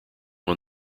won